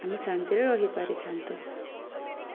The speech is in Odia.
ଆମେ ଶାନ୍ତିରେ ରହିପାରିଥାନ୍ତୁ